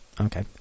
okay